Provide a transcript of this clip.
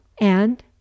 and